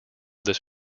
this